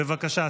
בבקשה.